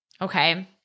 okay